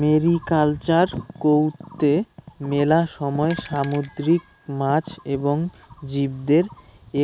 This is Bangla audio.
মেরিকালচার কৈত্তে মেলা সময় সামুদ্রিক মাছ এবং জীবদের